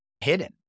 hidden